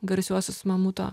garsiuosius mamuto